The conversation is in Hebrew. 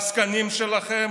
העסקנים שלכם,